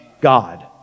God